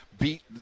beat